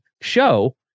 show